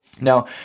Now